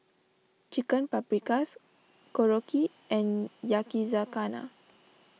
Chicken Paprikas Korokke and Yakizakana